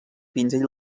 pinzell